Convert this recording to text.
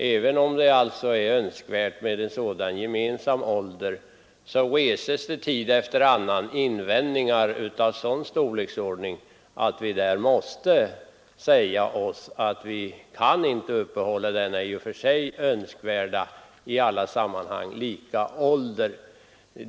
Även om det är önskvärt med en sådan gemensam ålder, reses det tid efter annan invändningar av en sådan styrka att vi måste säga oss att vi inte i alla sammanhang kan ha samma åldersgräns.